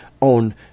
on